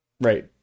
Right